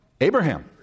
Abraham